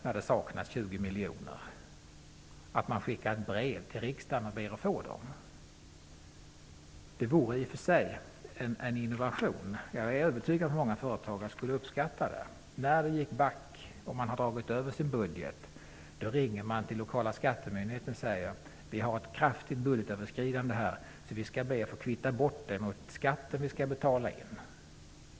När det saknas 20 miljoner kan man inte skicka ett brev till riksdagen och be att få 20 miljoner. Det vore i och för sig en innovation som jag är övertygad om att många företagare skulle uppskatta. När det går back och man har dragit över sin budget ringer man till lokala skattemyndigheten och säger att man har ett kraftigt budgetöverskridande och ber att få kvitta bort det mot skatten som man skall betala in.